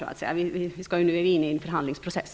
Vi är nu inne i en förhandlingsprocess.